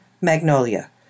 Magnolia